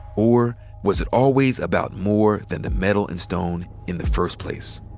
or was it always about more than the metal and stone in the first place?